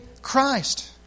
Christ